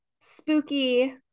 spooky